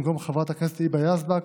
במקום חברת הכנסת היבה יזבק